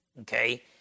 Okay